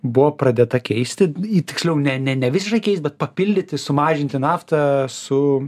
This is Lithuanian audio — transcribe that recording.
buvo pradėta keisti į tiksliau ne ne visiškai keist bet papildyti sumažinti naftą su